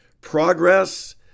progress